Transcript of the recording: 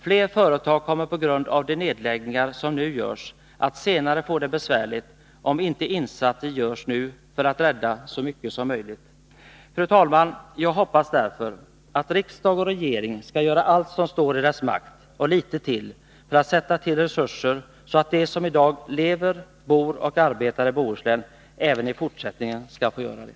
Fler företag kommer på grund av de nedläggningar som nu görs att senare få det besvärligt, om inte insatser görs nu för att rädda så mycket som möjligt. Fru talman! Jag hoppas därför att riksdag och regering skall göra allt som står i deras makt — och litet till — för att sätta till resurser, så att de som i dag lever, bor och arbetar i Bohuslän även i fortsättningen får göra det.